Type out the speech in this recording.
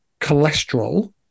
cholesterol